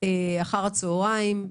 אחר הצהריים,